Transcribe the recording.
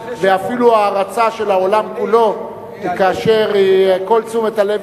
ואפילו הערצה של העולם כולו כאשר כל תשומת הלב